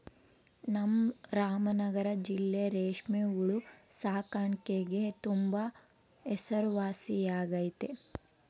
ನಮ್ ರಾಮನಗರ ಜಿಲ್ಲೆ ರೇಷ್ಮೆ ಹುಳು ಸಾಕಾಣಿಕ್ಗೆ ತುಂಬಾ ಹೆಸರುವಾಸಿಯಾಗೆತೆ